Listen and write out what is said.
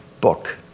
book